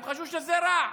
הם חשבו שזה רע.